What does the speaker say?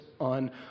on